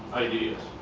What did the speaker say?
ideas.